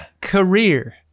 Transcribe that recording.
career